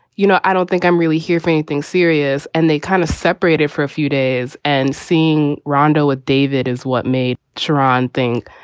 you know, i don't think i'm really here for anything serious. and they kind of separated for a few days. and seeing rondo with david is what made sharon think,